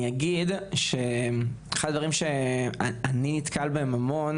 אני אגיד שאחד הדברים שאני נתקל בהם המון